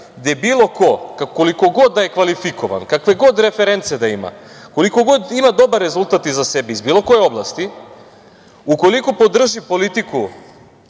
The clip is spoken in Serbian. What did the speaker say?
gde bilo ko, koliko god da je kvalifikovan, kakve god reference da ima, koliko god ima dobar rezultat iza sebe iz bilo koje oblasti, ukoliko podrži politiku